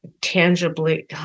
tangibly